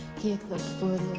kick the footlights